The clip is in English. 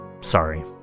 Sorry